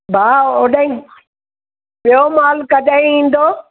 भाउ होॾा ई ॿियो माल कॾहिं ईंदो